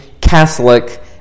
Catholic